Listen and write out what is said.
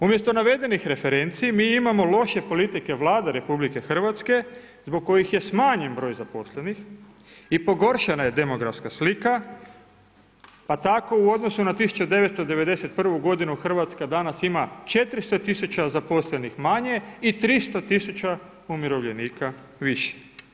Umjesto navedenih referenci, mi imamo loše politike Vlade Rh zbog kojih je smanjen broj zaposlenih i pogoršana je demografska slika pa tako u odnosu na 1991. godinu Hrvatska danas ima 400 000 zaposlenih manje i 300 000 umirovljenika više.